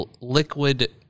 liquid